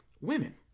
women